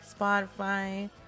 Spotify